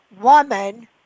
woman